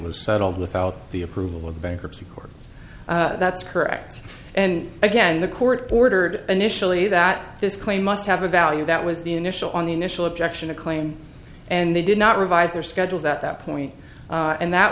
was settled without the approval of the bankruptcy court that's correct and again the court ordered initially that this claim must have a value that was the initial on the initial objection a claim and they did not revise their schedules at that point and that